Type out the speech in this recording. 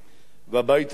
והבית היהודי,